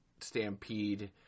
Stampede